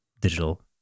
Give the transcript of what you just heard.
Digital